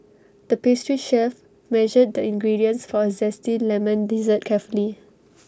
the pastry chef measured the ingredients for A Zesty Lemon Dessert carefully